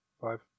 Five